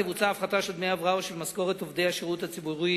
של משכורת עובדי השירות הציבורי